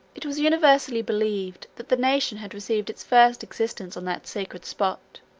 it was universally believed, that the nation had received its first existence on that sacred spot.